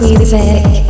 Music